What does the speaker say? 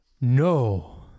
No